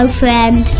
friend